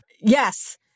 Yes